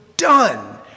done